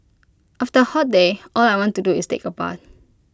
after A hot day all I want to do is take A bath